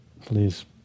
please